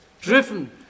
driven